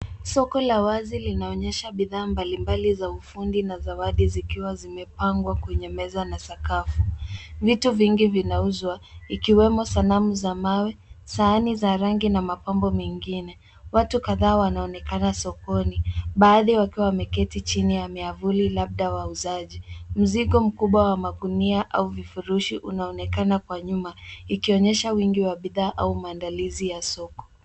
Soko la wazi linaonyesha bidhaa mbalimbali za ufundi na zawadi zikiwa zimepangwa kwenye meza na sakafu. Vitu vingi vinauzwa, ikiwemo sanamu za mawe, sahani za rangi na mapambo mengine. Watu kadhaa wanaonekana sokoni, baadhi wakiwa wameketi chini ya miavuli labda wauzaji. Mzigo mkubwa wa magunia au vifurushi unaonekana kwa nyuma, ikionyesha wingi wa bidhaa au mandalizi ya soko.